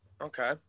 Okay